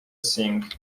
sing